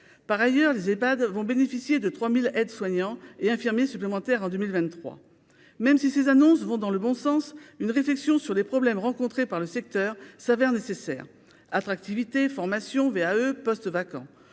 par ailleurs les Epad vont bénéficier de 3000 aides-soignants et infirmiers supplémentaires en 2023, même si ces annonces vont dans le bon sens, une réflexion sur les problèmes rencontrés par le secteur s'avère nécessaire attractivité formation VAE postes vacants,